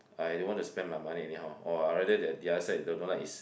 I don't want to spend my money anyhow or I rather that the other side I don't like is